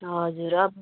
हजुर